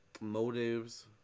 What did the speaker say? Motives